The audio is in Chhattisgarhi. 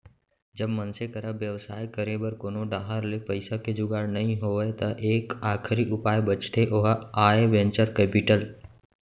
जब मनसे करा बेवसाय करे बर कोनो डाहर ले पइसा के जुगाड़ नइ होय त एक आखरी उपाय बचथे ओहा आय वेंचर कैपिटल